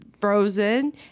Frozen